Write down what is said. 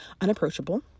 unapproachable